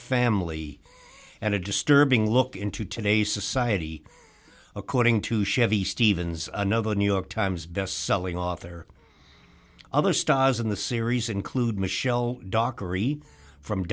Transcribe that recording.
family and a disturbing look into today's society according to chevy stevens another new york times best selling author other stars in the series include michelle